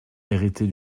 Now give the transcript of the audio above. hériter